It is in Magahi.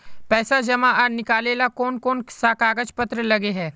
पैसा जमा आर निकाले ला कोन कोन सा कागज पत्र लगे है?